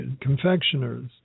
confectioners